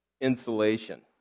insulation